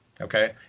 Okay